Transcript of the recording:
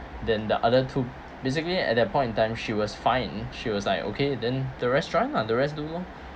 then the other two basically at that point in time she was fine she was like okay then the rest run ah the rest do loh